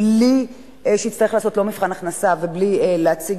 בלי שיצטרך לעשות מבחן הכנסה או להציג